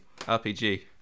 RPG